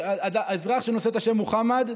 אזרח שנושא את השם מוחמד,